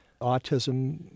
Autism